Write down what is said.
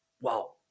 wow